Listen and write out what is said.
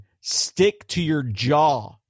stick-to-your-jaw